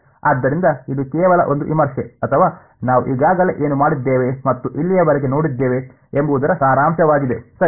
ಆದ್ದರಿಂದ ಇದು ಕೇವಲ ಒಂದು ವಿಮರ್ಶೆ ಅಥವಾ ನಾವು ಈಗಾಗಲೇ ಏನು ಮಾಡಿದ್ದೇವೆ ಮತ್ತು ಇಲ್ಲಿಯವರೆಗೆ ನೋಡಿದ್ದೇವೆ ಎಂಬುದರ ಸಾರಾಂಶವಾಗಿದೆ ಸರಿ